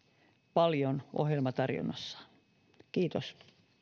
paljon ohjelmatarjonnassaan kiitos